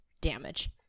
damage